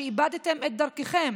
שאיבדתם את דרככם.